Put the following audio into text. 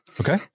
Okay